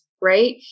right